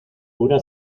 una